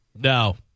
No